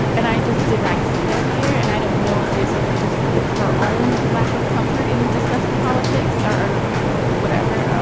and i just didn't like see that here and i don't know if it's just her own lack of comfort in discussing politics or you know whatever.